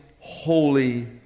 holy